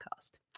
podcast